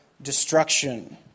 destruction